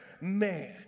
Man